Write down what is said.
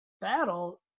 battle